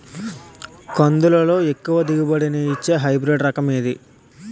కందుల లో ఎక్కువ దిగుబడి ని ఇచ్చే హైబ్రిడ్ రకం ఏంటి?